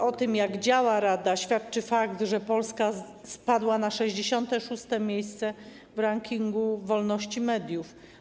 O tym, jak działa rada, świadczy fakt, że Polska spadła na 66. miejsce w rankingu wolności mediów.